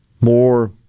more